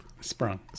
Sprung